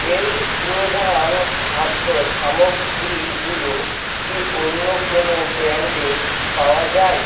এই প্রধান খাদ্য সামগ্রীগুলো কি অন্য কোনো ব্র্যান্ডে পাওয়া যায়